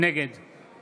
נגד